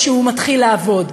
כשהוא מתחיל לעבוד.